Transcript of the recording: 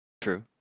true